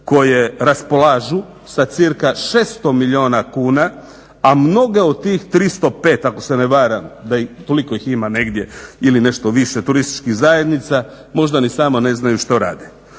koje raspolažu sa cirka 600 milijuna kuna a mnoge od tih 305 ako se ne varam toliko ih ima negdje ili nešto više turističkih zajednica, možda ni sama ne znaju šta rade.